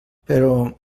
però